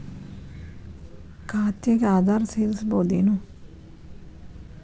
ಖಾತೆಗೆ ಆಧಾರ್ ಸೇರಿಸಬಹುದೇನೂ?